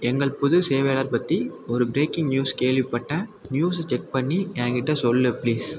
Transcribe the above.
எங்கள் புது சேவையாளர் பற்றி ஒரு ப்ரேக்கிங் நியூஸ் கேள்விப்பட்டேன் நியூஸை செக் பண்ணி என் கிட்டே சொல் ப்ளீஸ்